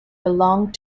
belonged